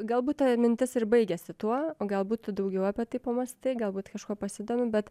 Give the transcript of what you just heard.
galbūt ta mintis ir baigiasi tuo o galbūt tu daugiau apie tai pamąstai galbūt kažkuo pasidomi bet